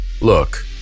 Look